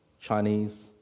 Chinese